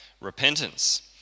repentance